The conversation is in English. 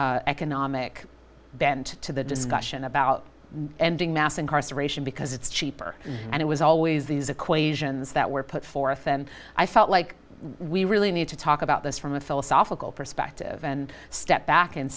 economic bent to the discussion about ending mass incarceration because it's cheaper and it was always these equations that were put forth and i felt like we really need to talk about this from a philosophical perspective and step back and